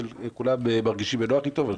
שכולם מרגישים בנוח איתו.